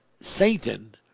Satan